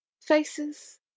faces